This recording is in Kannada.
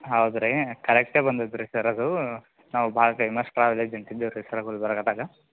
ಹೌದು ರೀ ಕರೆಕ್ಟೆ ಬಂದಿದೀರಿ ಸರ್ ಅದು ನಾವು ಭಾಳ ಫೇಮಸ್ ಟ್ರಾವೆಲ್ ಏಜೆಂಟ್ ಇದ್ದೀವ್ರಿ ಸರ್ ಗುಲ್ಬರ್ಗದಾಗೆ